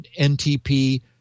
NTP